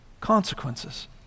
consequences